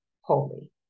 holy